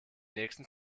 nächsten